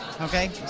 okay